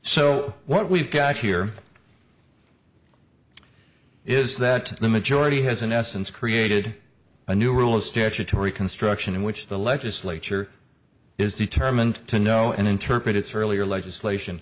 so what we've got here is that the majority has in essence created a new rule of statutory construction in which the legislature is determined to know and interpret its earlier legislation